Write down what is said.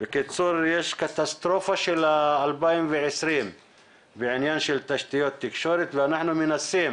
בקיצור יש קטסטרופה של 2020 בעניין של תשתיות תקשורת ואנחנו מנסים